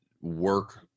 work